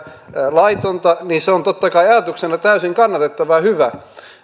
laitonta on totta kai ajatuksena täysin kannatettava ja hyvä